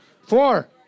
Four